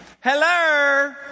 Hello